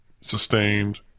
sustained